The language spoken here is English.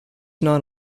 non